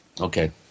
Okay